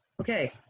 Okay